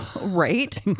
Right